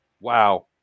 wow